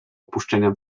opuszczenia